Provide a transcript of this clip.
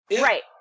right